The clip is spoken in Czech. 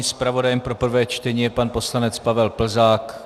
Zpravodaje pro prvé čtení je pan poslanec Pavel Plzák.